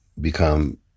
become